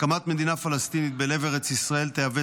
הקמת מדינה פלסטינית בלב ארץ ישראל תהווה